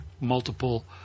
multiple